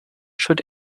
should